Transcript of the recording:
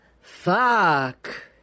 Fuck